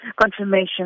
confirmation